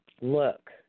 look